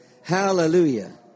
Hallelujah